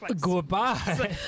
Goodbye